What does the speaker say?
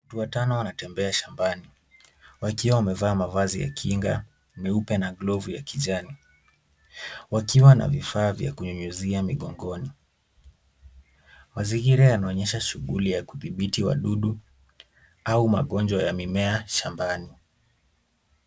Watu watano wanatembea shambani wakiwa wamevaa mavazi ya kinga meupe na glavu ya kijani wakiwa na vifaa vya kunyunyizia mgongoni. Mazingira yanaonyesha shughuli ya kudhibiti wadudu au magonjwa ya mimea shambani.